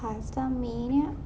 pastamania